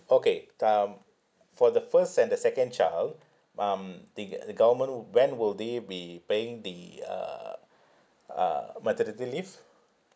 okay t~ um for the first and the second child um they g~ the government oo when will they be paying the uh uh maternity leave